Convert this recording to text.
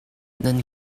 nan